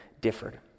differed